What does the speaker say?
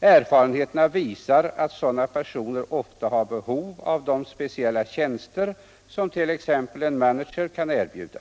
Erfarenheterna visar att sådana personer ofta har behov av de speciella tjänster som t.ex. en manager kan erbjuda.